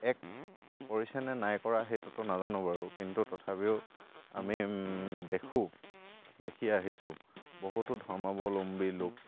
এক কৰিছেনে নাই কৰা সেইটোতো নাজানোঁ বাৰু কিন্তু তথাপিও আমি দেখোঁ দেখি আহিছোঁ বহুতো ধৰ্মাৱলম্বী লোক